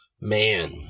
Man